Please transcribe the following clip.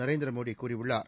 நரேந்திரமோடி கூறியுள்ளார்